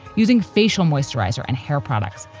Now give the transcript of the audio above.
using facial moisturizer and hair products,